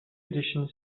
edition